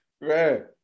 Right